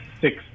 six